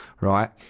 Right